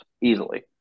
Easily